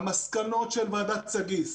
המסקנות של ועדת סגיס,